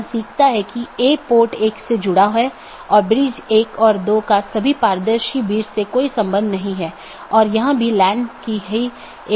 वोह AS जो कि पारगमन ट्रैफिक के प्रकारों पर नीति प्रतिबंध लगाता है पारगमन ट्रैफिक को जाने देता है